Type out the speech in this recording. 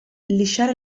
lisciare